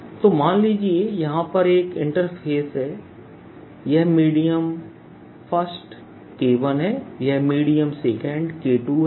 Dfree D2 D1free तो मान लीजिए कि यहाँ एक इंटरफ़ेस है यह मीडियम 1 है यह मीडियम 2 है